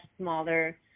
smaller